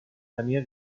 tenia